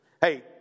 Hey